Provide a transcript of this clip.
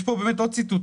יש פה באמת עוד ציטוטים.